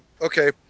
okay